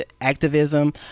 activism